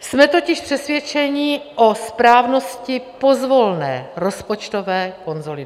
Jsme totiž přesvědčeni o správnosti pozvolné rozpočtové konsolidace.